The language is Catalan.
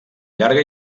llarga